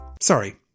Sorry